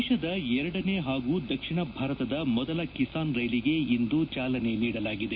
ದೇಶದ ಎರಡನೇ ಹಾಗೂ ದಕ್ಷಿಣ ಭಾರತದ ಮೊದಲ ಕಿಸಾನ್ ರೈಲಿಗೆ ಇಂದು ಚಾಲನೆ ನೀಡಲಾಗಿದೆ